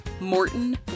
Morton